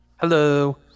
Hello